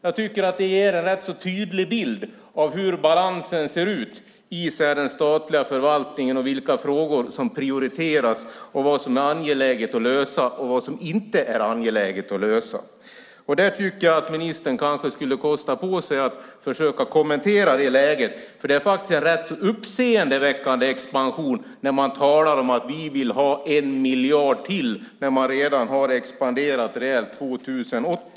Jag tycker att det ger en rätt tydlig bild av hur balansen ser ut i den statliga förvaltningen, vilka frågor som prioriteras, vad som är angeläget att lösa och vad som inte är angeläget att lösa. Jag tycker att ministern kanske skulle kosta på sig att försöka kommentera det läget, för det är faktiskt en rätt så uppseendeväckande expansion när man talar om att man vill ha 1 miljard till och man redan har expanderat rejält 2008.